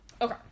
Okay